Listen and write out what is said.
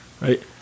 Right